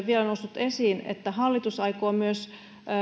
vielä noussut esiin on se että hallitus aikoo myös